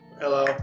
Hello